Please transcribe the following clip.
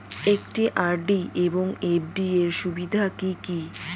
একটি আর.ডি এবং এফ.ডি এর সুবিধা কি কি?